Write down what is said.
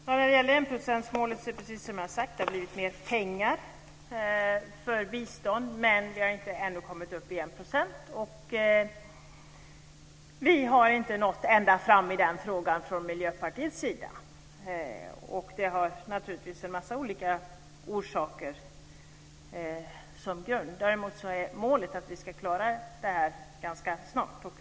Herr talman! När det gäller enprocentsmålet ger vi, precis som jag har sagt, mer pengar för bistånd men att vi ännu inte har kommit upp till 1 %. Vi har inte nått ända fram i den frågan från Miljöpartiets sida. Det har naturligtvis en massa olika orsaker. Däremot är målet att vi ska klara det här ganska snart.